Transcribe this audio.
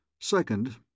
Second